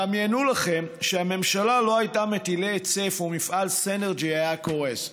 דמיינו לכם שהממשלה לא הייתה מטילה היטלי היצף ומפעל סינרג'י היה קורס.